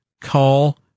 Call